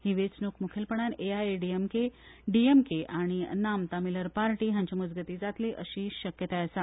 ही वेंचणूक मूखेलपणान AIADMK DMK आनी नाम तामीलर पार्टी हांचे मजगतीं जातली अशी शक्यताय आसा